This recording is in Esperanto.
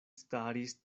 staris